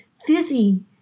fizzy